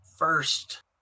First